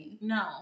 No